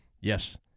Yes